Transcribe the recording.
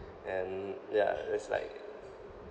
and yeah that's like